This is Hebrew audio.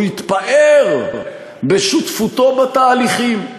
הוא יתפאר בשותפותו בתהליכים.